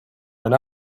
and